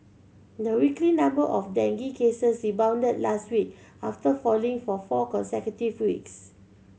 the weekly number of dengue cases rebounded last week after falling for four consecutive weeks